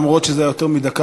אומנם זה היה יותר מדקה,